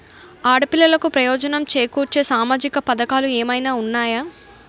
ఆడపిల్లలకు ప్రయోజనం చేకూర్చే సామాజిక పథకాలు ఏమైనా ఉన్నాయా?